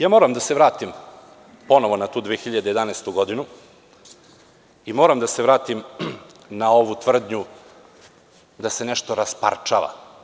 Ja moram da se vratim ponovo na tu 2011. godinu i moram da se vratim na ovu tvrdnju da se nešto rasparčava.